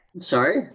sorry